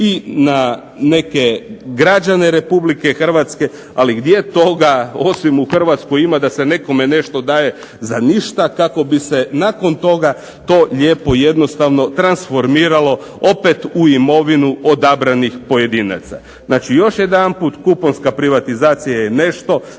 i na neke građane Republike Hrvatske ali gdje toga osim u Hrvatskoj ima da se nekome nešto daje za ništa kako bi se nakon toga to lijepo jednostavno transformiralo opet u imovinu odabranih pojedinaca. Znači, još jedanput. Kuponska privatizacija je nešto